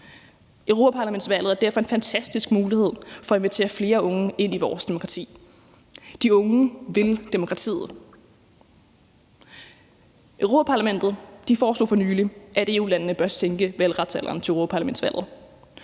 Europaparlamentsvalget er derfor en fantastisk mulighed for at invitere flere unge ind i vores demokrati. De unge vil demokratiet. Europa-Parlamentet foreslog for nylig, at EU-landene bør sænke valgretsalderen til europaparlamentsvalget,